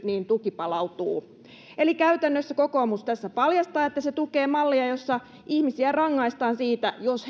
niin tuki palautuu eli käytännössä kokoomus tässä paljastaa että se tukee mallia jossa ihmisiä rangaistaan siitä jos